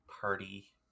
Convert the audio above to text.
party